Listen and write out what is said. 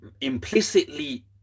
implicitly